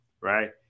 right